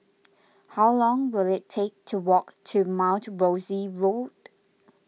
how long will it take to walk to Mount Rosie Road